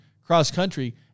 cross-country